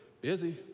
busy